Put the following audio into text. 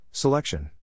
Selection